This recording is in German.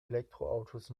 elektroautos